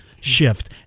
shift